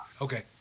Okay